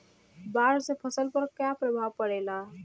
बाढ़ से फसल पर क्या प्रभाव पड़ेला?